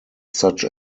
such